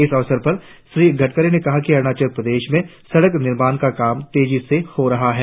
इस अवसर पर श्री गडकरी ने कहा कि अरुणाचल प्रदेश में सड़क निर्माण का काम तेजी से हो रहा है